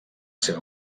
seva